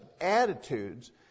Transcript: attitudes